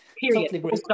Period